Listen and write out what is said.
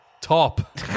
top